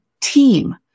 team